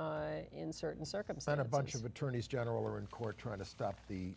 women in certain circumstances bunch of attorneys general are in court trying to stop the